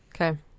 okay